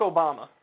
Obama